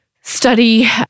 study